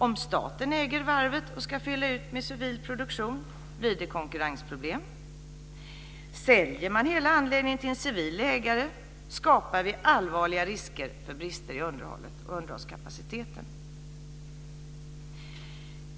Om staten äger varvet och ska fylla ut med civil produktion blir det konkurrensproblem. Om man säljer hela anläggningen till en civil ägare skapar vi allvarliga risker för brister i underhållskapaciteten.